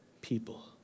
people